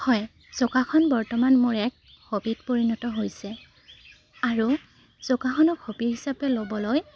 হয় যোগাসন বৰ্তমান মোৰ এক হবিত পৰিণত হৈছে আৰু যোগাসনক হবি হিচাপে ল'বলৈ